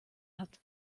hat